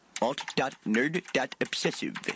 Alt.nerd.obsessive